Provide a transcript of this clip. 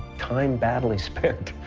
time badly spent,